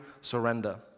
surrender